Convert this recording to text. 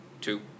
two